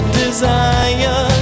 desire